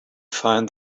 find